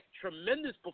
tremendous